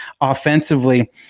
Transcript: offensively